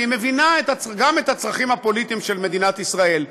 והיא מבינה גם את הצרכים הפוליטיים של מדינת ישראל.